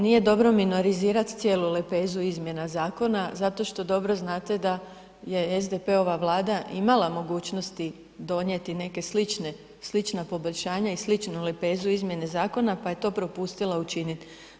Nije dobro minorizirati cijelu lepezu izmjena zakona zato što dobro znate da je SDP-ova Vlada imala mogućnosti donijeti neke slične, slična poboljšanja i sličnu lepezu izmjene zakona pa je to propustila učiniti.